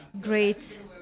great